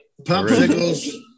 Popsicles